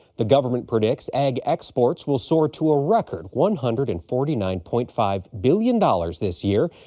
the government predicts ag exports will soar to a record one hundred and forty nine point five billion dollars this year,